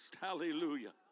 Hallelujah